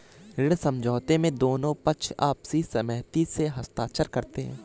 ऋण समझौते में दोनों पक्ष आपसी सहमति से हस्ताक्षर करते हैं